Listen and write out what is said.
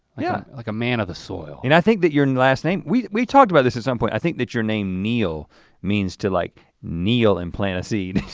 yeah. like a man of the soil. and i think that your last name, we've we've talked about this at some point, i think that your name neal means to like kneel and plant a seed.